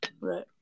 Right